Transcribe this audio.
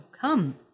come